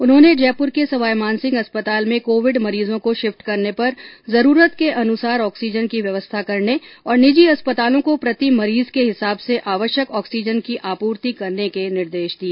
उन्होंने जयपुर के सवाईमानसिंह अस्पताल में कोविड मरीजों को शिफ्ट करने पर जरूरत के अनुसार ऑक्सीजन की व्यवस्था करने और निजी अस्पतालों को प्रति मरीज के हिसाब से आवश्यक ऑक्सीजन की आपूर्ति करने के निर्देश दिए